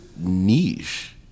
niche